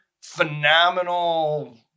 phenomenal